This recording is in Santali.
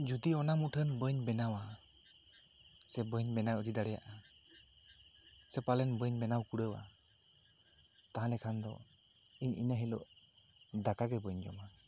ᱡᱩᱫᱤ ᱚᱱᱟ ᱢᱩᱴᱷᱟᱹᱱ ᱵᱟᱹᱧ ᱵᱮᱱᱟᱣᱟ ᱥᱮ ᱵᱟᱹᱧ ᱵᱮᱱᱟᱣ ᱤᱫᱤ ᱫᱟᱲᱮᱭᱟᱜᱼᱟ ᱥᱮ ᱯᱟᱞᱮᱱ ᱵᱟᱹᱧ ᱵᱮᱱᱟᱣ ᱠᱩᱲᱟᱹᱣᱟ ᱛᱟᱦᱟᱞᱮ ᱠᱷᱟᱱ ᱫᱚ ᱤᱧ ᱤᱱᱟᱹ ᱦᱤᱞᱚᱜ ᱫᱟᱠᱟ ᱜᱮ ᱵᱟᱹᱧ ᱡᱚᱢᱟ